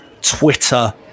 twitter